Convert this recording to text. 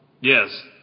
Yes